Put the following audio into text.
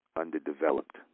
underdeveloped